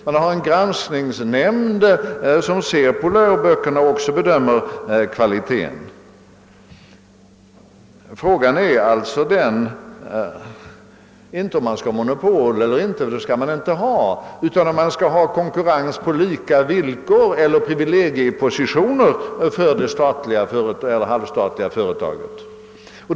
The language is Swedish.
Man har en granskningsnämnd som ser på läroböckerna och bedömer kvaliteten. Frågan är alltså inte om man skall ha monopol eller inte — det skulle man inte ha — utan om man skall ha konkurrens på lika villkor eller en privilegiesituation för det halvstatliga företaget.